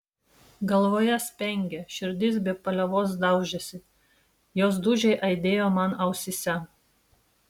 galvoje spengė širdis be paliovos daužėsi jos dūžiai aidėjo man ausyse